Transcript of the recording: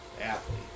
athlete